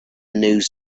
news